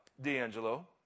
D'Angelo